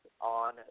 On